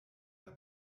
der